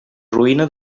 ruïna